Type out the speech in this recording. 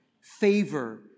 favor